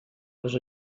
les